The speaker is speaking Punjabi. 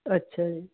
ਅੱਛਾ ਜੀ